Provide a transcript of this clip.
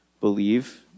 believe